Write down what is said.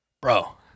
bro